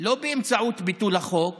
לא באמצעות ביטול החוק